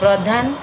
ପ୍ରଧାନ